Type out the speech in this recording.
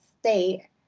state